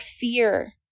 fear